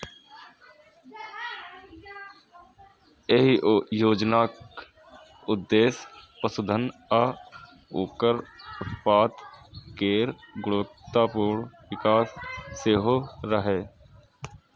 एहि योजनाक उद्देश्य पशुधन आ ओकर उत्पाद केर गुणवत्तापूर्ण विकास सेहो रहै